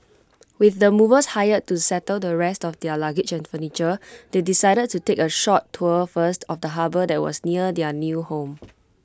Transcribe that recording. with the movers hired to settle the rest of their luggage and furniture they decided to take A short tour first of the harbour that was near their new home